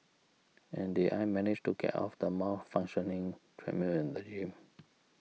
and did I manage to get off the malfunctioning treadmill in the gym